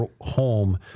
home